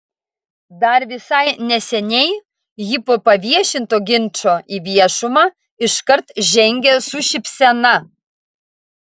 dar visai neseniai ji po paviešinto ginčo į viešumą iškart žengė su šypsena